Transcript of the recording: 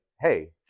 hey